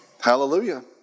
Hallelujah